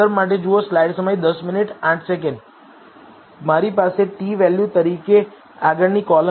મારી પાસે t value તરીકે આગળની કોલમ છે